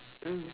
mm